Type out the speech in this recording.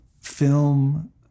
film